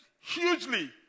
hugely